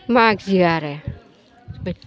मागियो आरो